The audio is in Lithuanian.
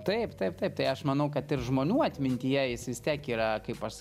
taip taip taip tai aš manau kad ir žmonių atmintyje jis vis tiek yra kaip aš